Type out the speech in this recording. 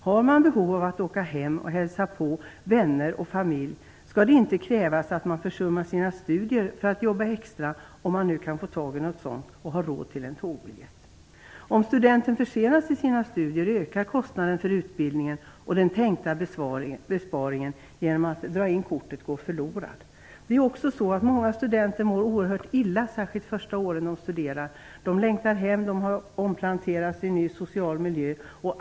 Har man behov av att åka hem och hälsa på vänner och familj, skall det inte krävas att man försummar sina studier för att jobba extra, om man nu kan få något sådant, för att ha råd till en tågbiljett. Om studenten försenas i sina studier ökar kostnaden för utbildningen, och den tänkta besparingen genom att dra in kortet går förlorad. Det är också så att många studenter mår oerhört illa de första studieåren. De längtar hem, de har omplanterats i en ny social miljö.